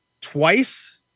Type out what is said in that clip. twice